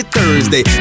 Thursday